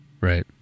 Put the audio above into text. Right